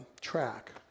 track